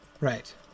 Right